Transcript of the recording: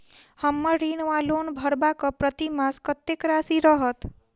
हम्मर ऋण वा लोन भरबाक प्रतिमास कत्तेक राशि रहत?